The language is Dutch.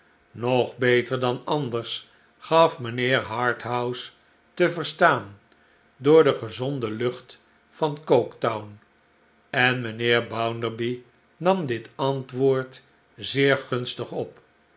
nog beter dan anders gaf mijnheer harthouse te verstaan door de gezonde lucht van coketown en mijnheer bounderby nam dit antwoord zeer gunstig op